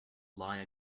lie